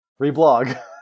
Reblog